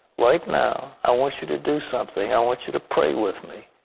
right now i want you to do something. i want you to pray with me.